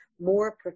more